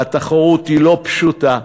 והתחרות היא לא פשוטה,